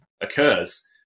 occurs